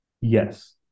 Yes